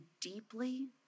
deeply